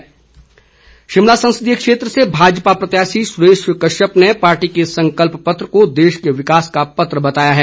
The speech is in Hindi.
सुरेश कश्यप शिमला संसदीय क्षेत्र से भाजपा प्रत्याशी सुरेश कश्यप ने पार्टी के संकल्प पत्र को देश के विकास का पत्र बताया है